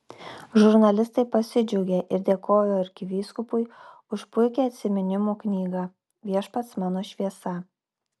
žurnalistai pasidžiaugė ir dėkojo arkivyskupui už puikią atsiminimų knygą viešpats mano šviesa